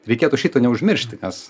reikėtų šito neužmiršti nes